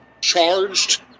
charged